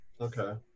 Okay